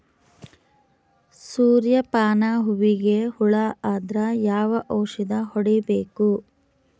ಸೂರ್ಯ ಪಾನ ಹೂವಿಗೆ ಹುಳ ಆದ್ರ ಯಾವ ಔಷದ ಹೊಡಿಬೇಕು?